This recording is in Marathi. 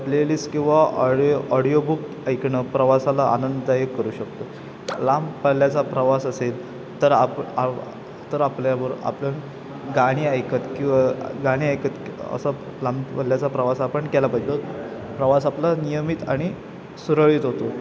प्लेलिस्ट किंवा ऑडिओ ऑडिओबुक ऐकणं प्रवासाला आनंददायक करू शकतो लांब पल्ल्याचा प्रवास असेल तर आपल्याबरोबर आपल्या गाणी ऐकत किंवा गाणी ऐकत असा लांब पल्ल्याचा प्रवास आपण केला पाहिजे प्रवास कसा आपला नियमित आणि सुरळीत होतो